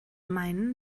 meinen